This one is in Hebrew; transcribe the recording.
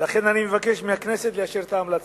ואני מבקש מהכנסת לאשר את ההמלצה.